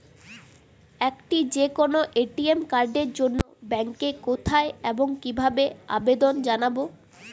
একটি যে কোনো এ.টি.এম কার্ডের জন্য ব্যাংকে কোথায় এবং কিভাবে আবেদন জানাব?